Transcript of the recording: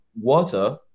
water